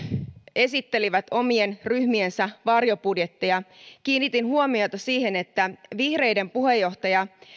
esittelivät omien ryhmiensä varjobudjetteja kiinnitin huomiota siihen että vihreiden puheenjohtaja